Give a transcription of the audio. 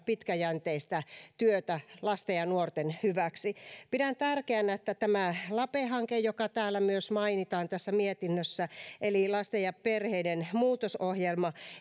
pitkäjänteistä työtä lasten ja nuorten hyväksi pidän tärkeänä että tämä lape hanke joka myös mainitaan tässä mietinnössä eli lasten ja perheiden muutosohjelma